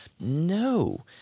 No